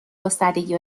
گستردگی